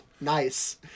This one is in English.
nice